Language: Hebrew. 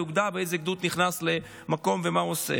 אוגדה או איזה גדוד נכנסו למקום ומה הוא עושה?